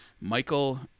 Michael